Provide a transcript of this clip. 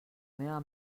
meva